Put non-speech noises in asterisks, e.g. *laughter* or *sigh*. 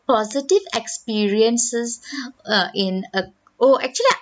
positive experiences *breath* err in a oh actually